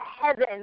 heaven